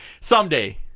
Someday